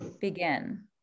begin